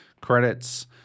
credits